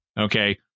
Okay